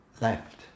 left